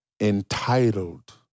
entitled